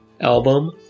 album